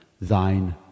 thine